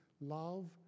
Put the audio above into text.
love